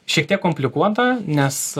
šiek tiek komplikuota nes